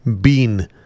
bean